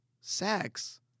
Sex